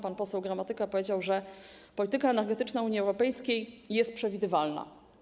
Pan poseł Gramatyka stwierdził, że polityka energetyczna Unii Europejskiej jest przewidywalna.